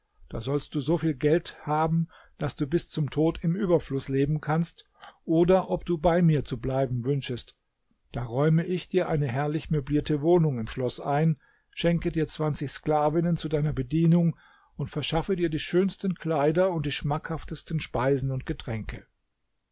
da sollst du so viel geld haben daß du bis zum tod im überfluß leben kannst oder ob du bei mir zu bleiben wünschest da räume ich dir eine herrlich möblierte wohnung im schloß ein schenke dir zwanzig sklavinnen zu deiner bedienung und verschaffe dir die schönsten kleider und die schmackhaftesten speisen und getränke